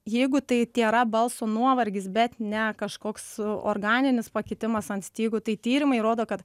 jeigu tai tėra balso nuovargis bet ne kažkoks organinis pakitimas ant stygų tai tyrimai rodo kad